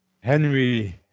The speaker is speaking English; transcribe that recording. Henry